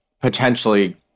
potentially